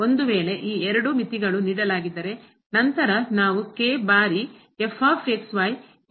ಒಂದು ವೇಳೆ ಈ ಎರಡು ಮಿತಿಗಳನ್ನು ನೀಡಲಾಗಿದ್ದರೆ ನಂತರ ನಾವು ಬಾರಿ ಈ ಲೆಕ್ಕಾಚಾರ ಮಾಡಬಹುದು